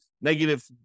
negative